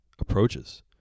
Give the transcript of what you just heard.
approaches